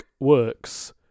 works